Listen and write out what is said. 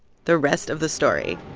the rest of the story